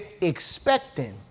expecting